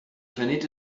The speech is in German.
planet